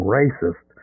racist